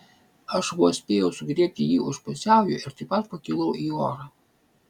aš vos spėjau sugriebti jį už pusiaujo ir taip pat pakilau į orą